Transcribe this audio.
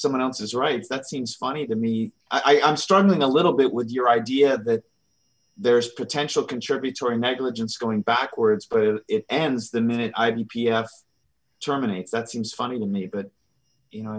someone else's rights that seems funny to me i'm struggling a little bit with your idea that there's potential contributory negligence going backwards but it ends the minute i terminate that seems funny to me but you know